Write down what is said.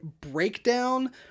breakdown